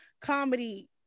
comedy